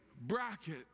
bracket